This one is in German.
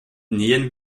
nähern